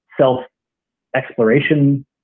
self-exploration